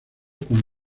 con